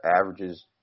averages